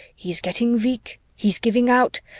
he's getting weak, he's giving out,